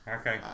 Okay